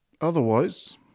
Otherwise